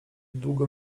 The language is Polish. długo